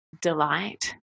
delight